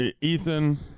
Ethan